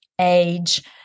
age